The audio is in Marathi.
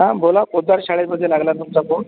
हा बोला पोदार शाळेमधे लागला आहे तुमचा फोन